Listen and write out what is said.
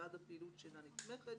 בעד הפעילות שאינה נתמכת,